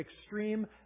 extreme